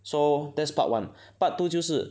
so that's part one part two 就是